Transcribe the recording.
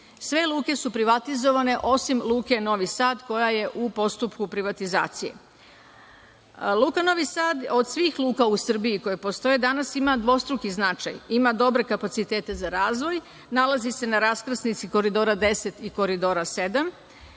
Sve luke su privatizovane, osim Luke Novi Sad, koja je u postupku privatizacije. Luka Novi Sad od svih luka u Srbiji koje postoje danas ima dvostruki značaj – ima dobre kapacitete za razvoj, nalazi se na raskrsnici Koridora 10 i Koridora 7.